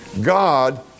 God